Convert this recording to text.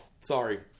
sorry